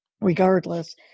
regardless